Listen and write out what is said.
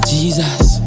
Jesus